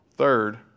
Third